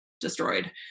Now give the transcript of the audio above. destroyed